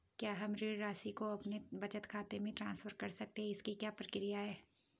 क्या हम ऋण राशि को अपने बचत खाते में ट्रांसफर कर सकते हैं इसकी क्या प्रक्रिया है?